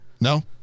No